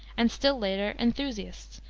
and still later, enthusiasts,